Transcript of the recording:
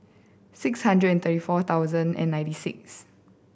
six hundred and thirty four thousand and ninety six